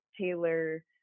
Taylor